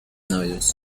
novios